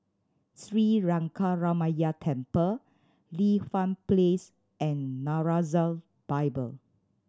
Sri Lankaramaya Temple Li Hwan Place and Nazareth Bible